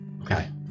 Okay